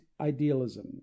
idealism